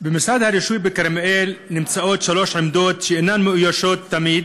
במשרד הרישוי בכרמיאל נמצאות שלוש עמדות שאינן מאוישות תמיד